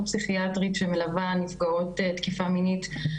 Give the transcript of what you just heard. פסיכיאטרית שמלווה נפגעות תקיפה מינית,